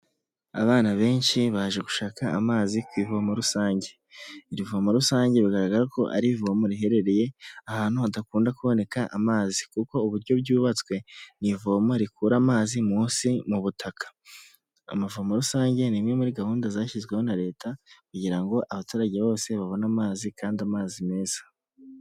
Abana benshi baje gushaka amazi ku ivomo rusange. Iri vomo rusange bigaragara ko ari ivomo riherereye ahantu hadakunda kuboneka amazi. Kuko uburyo ryubatswe mu ivoma rikura amazi munsi mu butaka. Amavomo rusange ni imwe muri gahunda zashyizweho na Leta kugira ngo abaturage bose babone amazi kandi amazi meza.